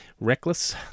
Reckless